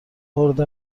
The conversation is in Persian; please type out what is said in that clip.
خرد